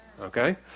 okay